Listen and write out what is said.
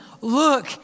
look